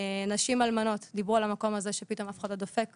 נשים אלמנות דיברו על המקום הזה שפתאום אף אחד לא דופק בדלת.